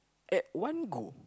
at one go